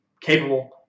capable